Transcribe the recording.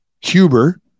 Huber